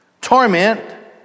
torment